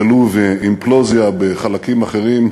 בלוב אימפלוזיה, בחלקים אחרים,